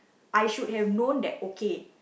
I should have known that okay